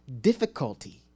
difficulty